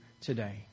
today